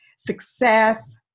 success